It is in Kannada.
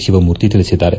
ಶಿವಮೂರ್ತಿ ತಿಳಿಸಿದ್ದಾರೆ